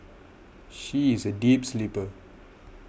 she is a deep sleeper